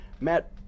Matt